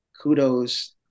Kudos